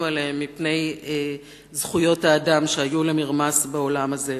עליהם מפני רמיסת זכויות האדם בעולם הזה,